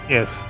Yes